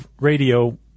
radio